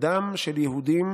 הדם של יהודים